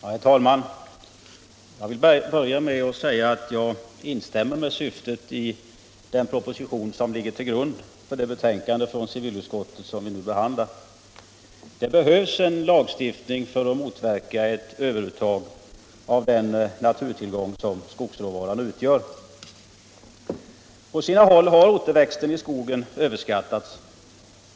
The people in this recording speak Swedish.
Herr taiman! Jag vill börja med att säga att jag instämmer med syftet i den proposition som ligger till grund för det betänkande från civilutskottet som vi nu behandlar. Det behövs en lagstiftning för att motverka ett överuttag av den naturtillgång som skogsråvaran utgör. På sina håll har återväxten i skogen överskattats.